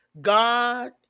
God